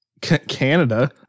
Canada